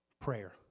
Prayer